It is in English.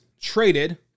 traded